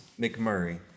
McMurray